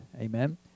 amen